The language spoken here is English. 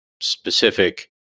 specific